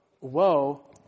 woe